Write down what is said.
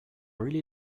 really